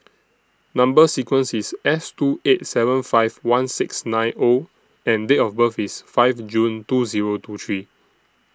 Number sequence IS S two eight seven five one six nine O and Date of birth IS five June two Zero two three